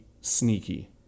sneaky